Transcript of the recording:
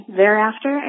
thereafter